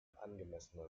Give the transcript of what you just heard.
angemessener